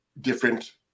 different